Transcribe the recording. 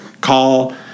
call